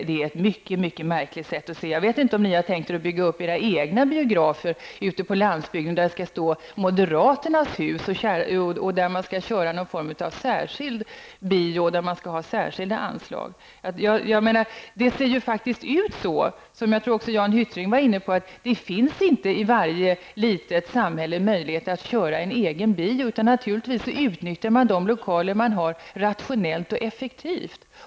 Det är ett mycket märkligt sätt att resonera. Har ni tänkt er att bygga upp era egna biografer ute på landsbygden, biografer där det skall stå ''Moderaternas Hus'' och där det skall visas någon form av särskild bio och för vilka det skall finnas särskilda anslag? Det är ju faktiskt så, som också Jan Hyttring sade, att det inte i varje litet samhälle finns möjlighet att ha en egen bio, utan naturligtvis utnyttjar man de lokaler man har rationellt och effektivt.